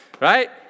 right